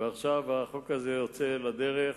ועכשיו החוק הזה יוצא לדרך.